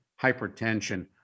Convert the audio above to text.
hypertension